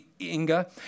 Inga